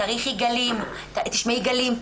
תשמעי גלים,